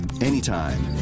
anytime